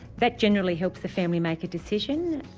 that generally helps the family make a decision,